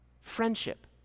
friendship